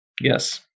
yes